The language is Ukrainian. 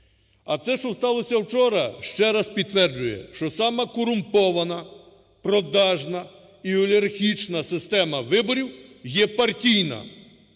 А те, що сталося вчора, ще раз підтверджує, що саме корумпована, продажна і олігархічна система виборів є партійна,